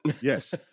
Yes